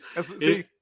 see